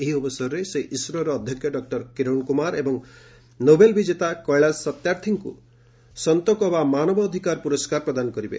ଏହି ଅବସରରେ ସେ ଇସ୍ରୋର ଅଧ୍ୟକ୍ଷ ଡକୁର କିରଣ କୁମାର ଏବଂ ନୋବେଲ ପୁରସ୍କାର ବିଜେତା କୈଳାସ ସତ୍ୟାର୍ଥୀଙ୍କୁ ସନ୍ତୋକବା ମାନବ ଅଧିକାର ପୁରସ୍କାର ପ୍ରଦାନ କରିବେ